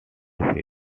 fish